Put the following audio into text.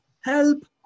help